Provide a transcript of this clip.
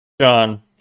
John